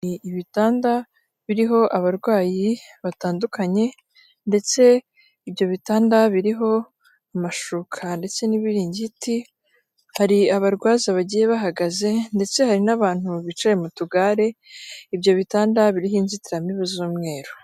Ibitanda biriho abarwayi batandukanye ndetse ibyo bitanda biriho amashuka ndetse n'ibiringiti, hari abarwaza bagiye bahagaze ndetse hari n'abantu bicaye mu tugare ibyo bitanda biriho inzitiramibu z'umweru.